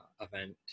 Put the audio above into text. event